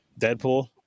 Deadpool